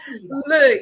look